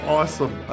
awesome